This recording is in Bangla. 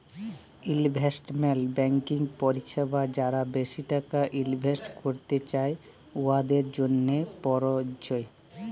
ইলভেস্টমেল্ট ব্যাংকিং পরিছেবা যারা বেশি টাকা ইলভেস্ট ক্যইরতে চায়, উয়াদের জ্যনহে পরযজ্য